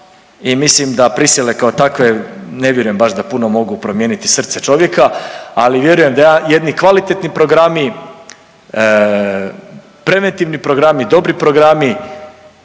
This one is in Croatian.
i mislim da prisile kao takve ne vjerujem baš da puno mogu promijeniti srce čovjeka, ali vjerujem da jedni kvalitetni programi, preventivni programi, dobri programi